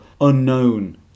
unknown